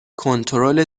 کنترل